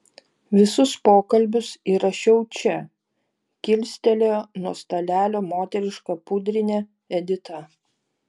visus pokalbius įrašiau čia kilstelėjo nuo stalelio moterišką pudrinę edita